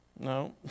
No